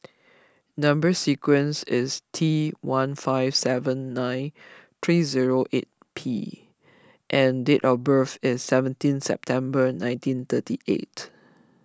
Number Sequence is T one five seven nine three zero eight P and date of birth is seventeen September nineteen thirty eight